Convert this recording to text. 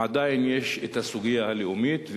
עדיין יש הסוגיה הלאומית,